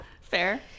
Fair